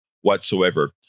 whatsoever